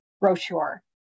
brochure